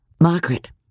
Margaret